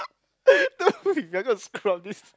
don't we better not screw up this